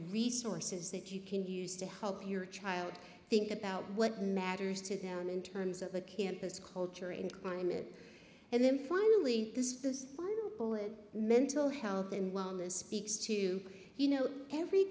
resources that you can use to help your child think about what matters to them in terms of the campus culture in climate and then finally this builds on mental health and wellness speaks to you know every